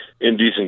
Indecent